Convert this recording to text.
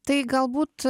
tai galbūt